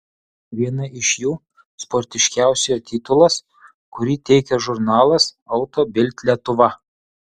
viena iš jų sportiškiausiojo titulas kurį teikia žurnalas auto bild lietuva